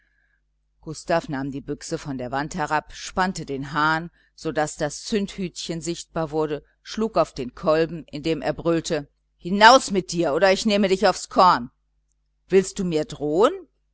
gustav nahm die büchse von der wand herab spannte den hahn so daß das zündhütchen sichtbar wurde schlug auf den kolben indem er brüllte hinaus mit dir oder ich nehm dich aufs korn willst du mir drohen